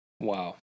Wow